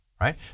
right